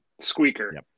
squeaker